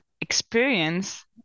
experience